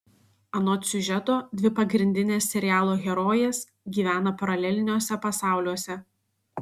anot siužeto dvi pagrindinės serialo herojės gyvena paraleliniuose pasauliuose